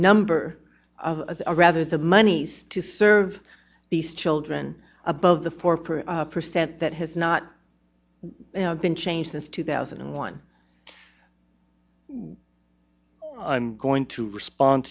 number of or rather the monies to serve these children above the four per percent that has not been changed since two thousand and one i'm going to respond